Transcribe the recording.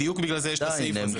בדיוק בגלל זה יש את הסעיף הזה.